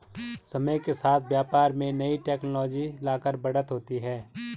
समय के साथ व्यापार में नई टेक्नोलॉजी लाकर बढ़त होती है